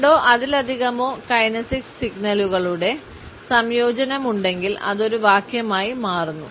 രണ്ടോ അതിലധികമോ കൈനെസിക്സ് സിഗ്നലുകളുടെ സംയോജനമുണ്ടെങ്കിൽ അത് ഒരു വാക്യമായി മാറുന്നു